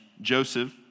Joseph